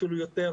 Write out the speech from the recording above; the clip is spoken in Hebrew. ואפילו יותר,